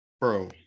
bro